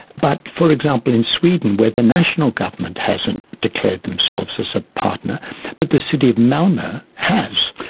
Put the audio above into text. but for example in sweden where the national government hasn't declared themselves as a partner but the city of malmo has.